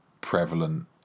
prevalent